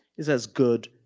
is as good,